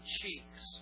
cheeks